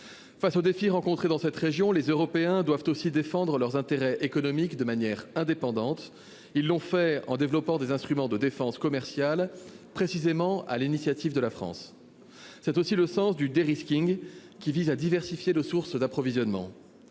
Face aux défis qui se posent dans cette région, les Européens doivent aussi défendre leurs intérêts économiques de manière indépendante. Ils l'ont fait en développant des instruments de défense commerciale, précisément sur l'initiative de la France. C'est aussi le sens du, qui vise à diversifier nos sources d'approvisionnement.